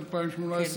התשע"ח 2018,